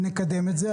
נקדם את זה.